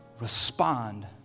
Respond